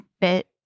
bit